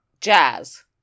Jazz